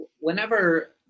Whenever